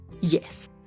Yes